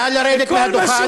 נא להוריד אותו מהדיון מייד.